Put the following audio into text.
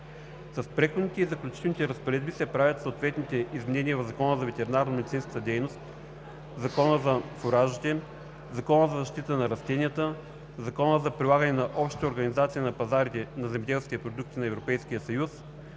С Преходните и заключителните разпоредби се правят съответните изменения в Закона за ветеринарномедицинската дейност, Закона за фуражите, Закона за защита на растенията, Закона за прилагане на Общата организация на пазарите на земеделски продукти на Европейския съюз,